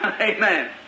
Amen